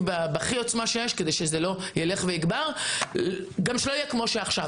בעוצמה כדי שזה לא יגבר ושלא יהיה כמו עכשיו,